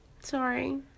Sorry